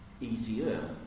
easier